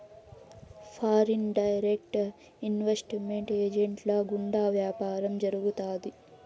foreign direct investment ఏజెంట్ల గుండా వ్యాపారం జరుగుతాది